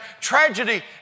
tragedy